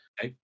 Okay